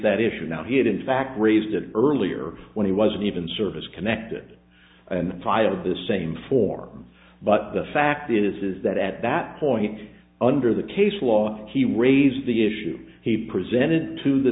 that issue now he had in fact raised it earlier when he was an even service connected and tired of the same forms but the fact is is that at that point under the case law he raised the issue he presented to the